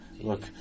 Look